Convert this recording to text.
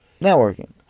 Networking